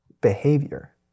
behavior